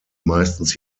meistens